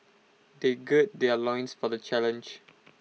they gird their loins for the challenge